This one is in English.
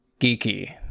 geeky